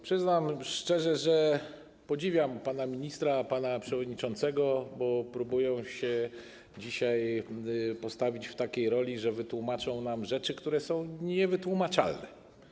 Przyznam szczerze, że podziwiam pana ministra, pana przewodniczącego, bo próbują się dzisiaj postawić w roli osób, które wytłumaczą nam rzeczy, które są niewytłumaczalne.